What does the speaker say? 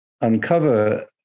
uncover